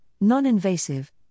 Non-invasive